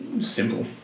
simple